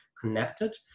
connected